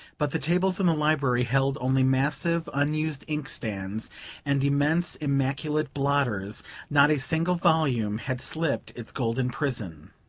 but the tables in the library held only massive unused inkstands and immense immaculate blotters not a single volume had slipped its golden prison.